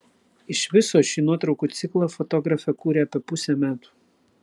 iš viso šį nuotraukų ciklą fotografė kūrė apie pusę metų